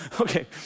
Okay